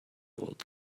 old